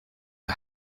for